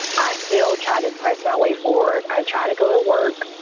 i still try to press my way forward. i tried to go to work,